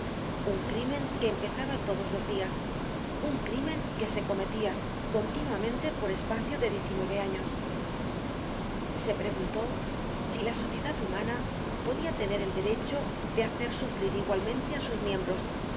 un crímen que empezaba todos los dias un crímen que se cometia continuamente por espacio de diez y nueve años se preguntó si la sociedad humana podia tener el derecho de hacer sufrir igualmente á sus miembros